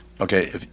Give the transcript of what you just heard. Okay